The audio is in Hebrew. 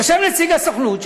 יושב נציג הסוכנות,